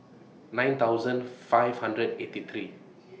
nine thousand five hundred eighty three